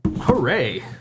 Hooray